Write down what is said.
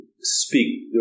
Speak